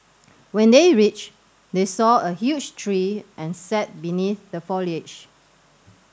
when they reached they saw a huge tree and sat beneath the foliage